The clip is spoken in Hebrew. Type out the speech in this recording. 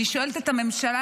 אני שואלת את הממשלה,